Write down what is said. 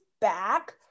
back